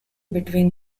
between